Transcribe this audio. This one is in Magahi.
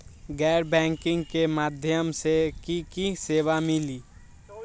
गैर बैंकिंग के माध्यम से की की सेवा मिली?